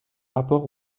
rapport